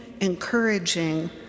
encouraging